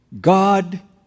God